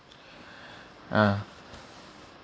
ah